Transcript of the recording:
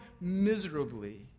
miserably